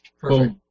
Perfect